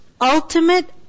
Ultimate